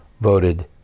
voted